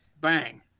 Bang